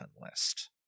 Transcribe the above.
list